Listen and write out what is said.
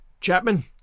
Chapman